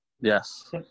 Yes